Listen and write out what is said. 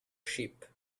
sheep